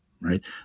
right